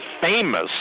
famous